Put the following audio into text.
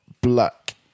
Black